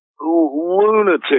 lunatic